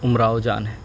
امراؤ جان ہے